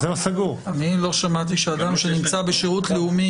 לא שמעתי שאדם שנמצא בשירות לאומי